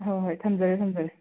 ꯍꯣꯏ ꯍꯣꯏ ꯊꯝꯖꯔꯦ ꯊꯝꯖꯔꯦ